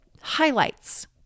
highlights